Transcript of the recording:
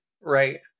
right